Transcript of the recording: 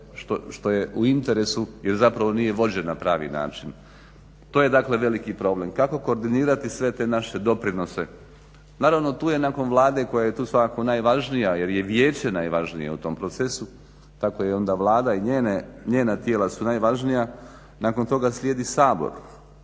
što je u interesu jer zapravo nije vođen na pravi način. To je dakle veliki problem kako koordinirati sve te naše doprinose. Naravno tu je nakon Vlade koja je tu svakako najvažnija jer je Vijeće najvažnije u tom procesu tako je i onda vlada i njena tijela su najvažnija nakon toga slijedi Sabor.